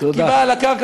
תודה.